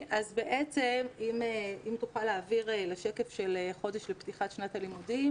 אז אם תוכל להעביר לשקף של חודש פתיחת שנת הלימודים